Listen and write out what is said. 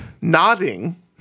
nodding